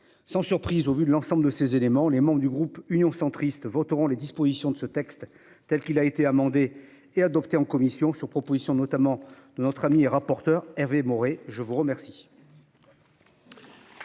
Sans surprise, compte tenu de l'ensemble de ces éléments, les membres du groupe Union Centriste voteront les dispositions de ce texte tel qu'il a été amendé et adopté en commission, sur proposition notamment de notre ami et rapporteur Hervé Maurey. La parole